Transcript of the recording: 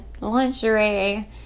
lingerie